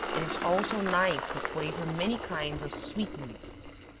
it is also nice to flavor many kinds of sweetmeats.